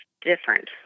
different